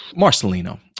Marcelino